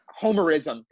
homerism